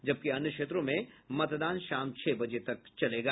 जबकि अन्य क्षेत्रों में मतदान शाम छह बजे तक होगा